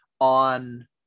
on